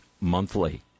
monthly